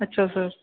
ਅੱਛਾ ਸਰ